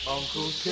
Uncle